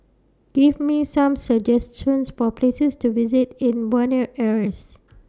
Give Me Some suggestions For Places to visit in Buenos Aires